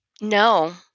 No